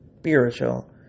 spiritual